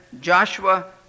Joshua